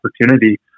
opportunity